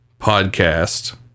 podcast